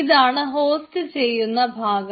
ഇതാണ് ഹോസ്റ്റ് ചെയ്യുന്ന ഭാഗം